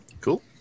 Cool